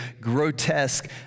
grotesque